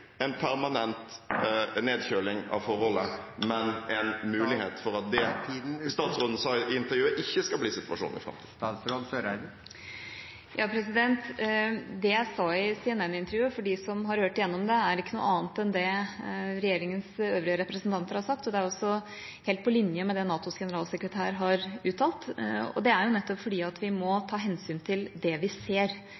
en permanent nedkjøling av forholdet, og for at det statsråden sa i intervjuet, ikke skal bli situasjonen i framtiden? Det jeg sa i CNN-intervjuet, for dem som har hørt igjennom det, er ikke noen annet enn det regjeringens øvrige representanter har sagt. Det er også helt på linje med det NATOs generalsekretær har uttalt. Det er nettopp fordi vi må ta hensyn til det vi ser,